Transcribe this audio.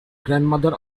grandmother